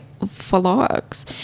vlogs